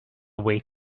wait